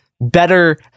better